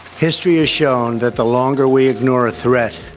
history has shown that the longer we ignore a threat,